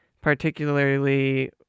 Particularly